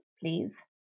please